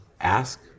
ask